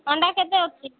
ଅଣ୍ଡା କେତେ ଅଛି